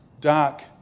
Dark